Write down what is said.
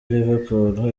liverpool